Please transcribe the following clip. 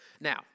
Now